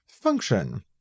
function